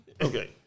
Okay